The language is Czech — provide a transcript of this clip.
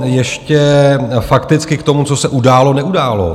Ještě fakticky k tomu, co se událo neudálo.